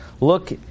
Look